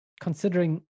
considering